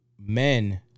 men